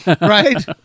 Right